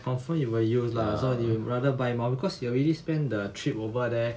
confirm you will use lah so you will rather buy more because you already spend the trip over there